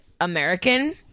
American